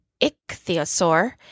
ichthyosaur